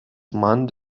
man